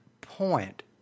point